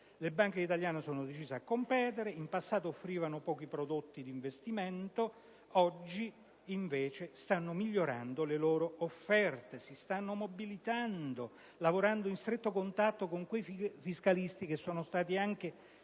le banche italiane sono decise a competere. In passato offrivano pochi prodotti d'investimento, oggi invece stanno migliorando le loro offerte, si stanno mobilitando, lavorando in stretto contatto con quei fiscalisti che sono stati citati